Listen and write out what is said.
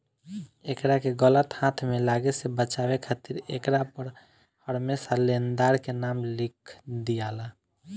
एकरा के गलत हाथ में लागे से बचावे खातिर एकरा पर हरमेशा लेनदार के नाम लिख दियाला